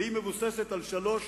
והיא מבוססת על שלוש